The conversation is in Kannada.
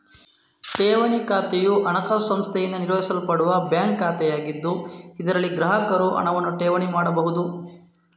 ಠೇವಣಿ ಖಾತೆಯು ಹಣಕಾಸು ಸಂಸ್ಥೆಯಿಂದ ನಿರ್ವಹಿಸಲ್ಪಡುವ ಬ್ಯಾಂಕ್ ಖಾತೆಯಾಗಿದ್ದು, ಇದರಲ್ಲಿ ಗ್ರಾಹಕರು ಹಣವನ್ನು ಠೇವಣಿ ಮಾಡಬಹುದು